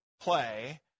play